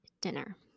dinner